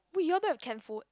wait you all don't have can food